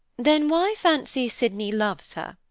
then why fancy sydney loves her?